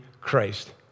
Christ